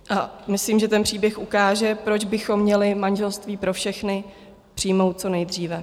A myslím, že ten příběh ukáže, proč bychom měli manželství pro všechny přijmout co nejdříve.